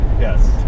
Yes